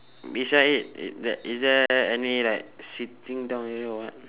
beside it i~ t~ is there any like sitting down you know or what